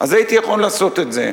אז הייתי יכול לעשות את זה.